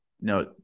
No